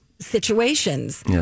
situations